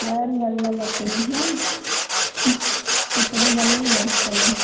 वाली लकड़ी है कितने बनेगा पलंग